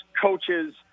coaches –